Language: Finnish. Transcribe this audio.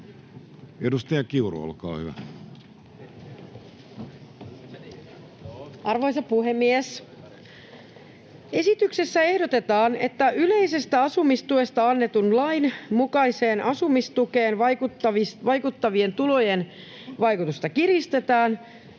Edustaja Kiuru, olkaa hyvä. Arvoisa puhemies! Esityksessä ehdotetaan, että yleisestä asumistuesta annetun lain mukaiseen asumistukeen vaikuttavien tulojen vaikutusta kiristetään,